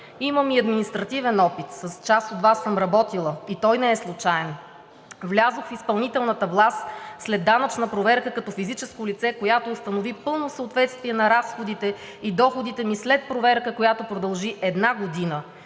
Имам и административен опит – с част от Вас съм работила, и той не е случаен. Влязох в изпълнителната власт след данъчна проверка като физическо лице, която установи пълно съответствие на разходите и доходите ми след проверка, която продължи една година.